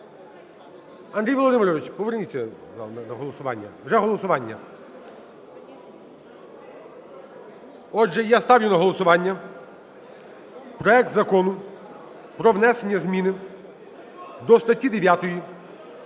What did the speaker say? Андрій Володимирович, поверніться на голосування, вже голосування. Отже, я ставлю на голосування проект Закону про внесення зміни до статті 9